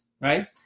right